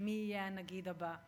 מי יהיה הנגיד הבא.